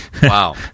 Wow